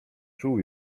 czuł